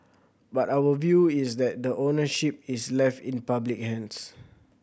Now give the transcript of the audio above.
but our view is that the ownership is left in public hands